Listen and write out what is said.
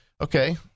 okay